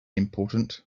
important